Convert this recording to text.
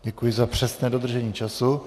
Děkuji za přesné dodržení času.